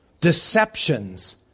deceptions